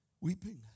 weeping